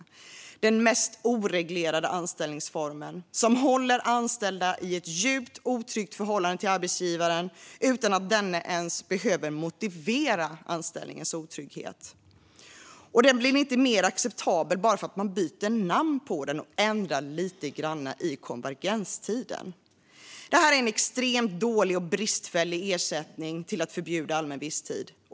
Det är den mest oreglerade anställningsformen, som håller anställda i ett djupt otryggt förhållande till arbetsgivaren utan att denne ens behöver motivera anställningens otrygghet. Och den blir inte mer acceptabel bara för att man byter namn på den och ändrar lite grann i konvergenstiden. Det här är en extremt dålig och bristfällig ersättning för ett förbud mot allmän visstid.